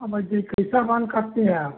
हाँ जी कैसा बाल कटती हैं आप